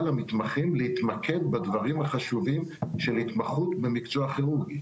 למתמחים להתמקד בדברים החשובים של התמחות במקצוע הכירורגי.